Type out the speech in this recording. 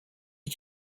you